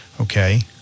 Okay